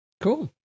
Cool